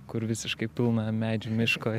kur visiškai pilna medžių miško